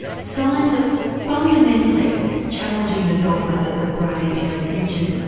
scientists fundamentally challenging the dogma that the brain is a rigid,